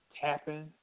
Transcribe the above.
tapping